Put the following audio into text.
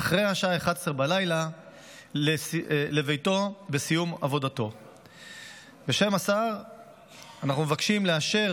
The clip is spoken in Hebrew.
אחרי השעה 23:00. בשם השר אנחנו מבקשים לאשר